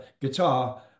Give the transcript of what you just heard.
guitar